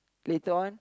later on